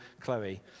Chloe